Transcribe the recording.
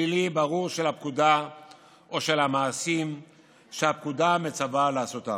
פלילי ברור של הפקודה או של המעשים שהפקודה מצווה לעשותם,